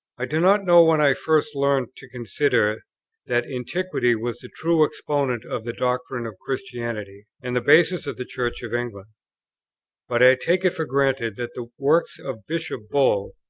i do not know when i first learnt to consider that antiquity was the true exponent of the doctrines of christianity and the basis of the church of england but i take it for granted that the works of bishop bull,